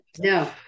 No